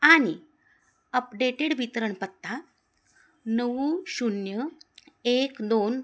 आ णि अपडेटेड वितरणपत्ता नऊ शून्य एक दोन